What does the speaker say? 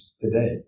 today